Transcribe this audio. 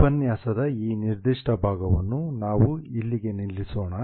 ಉಪನ್ಯಾಸದ ಈ ನಿರ್ದಿಷ್ಟ ಭಾಗವನ್ನು ನಾವು ಇಲ್ಲಿಗೆ ನಿಲ್ಲಿಸೋಣ